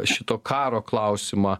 šito karo klausimą